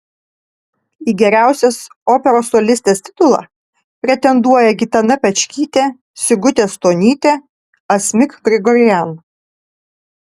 į geriausios operos solistės titulą pretenduoja gitana pečkytė sigutė stonytė asmik grigorian